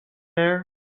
there